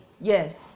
Yes